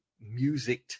music